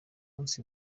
munsi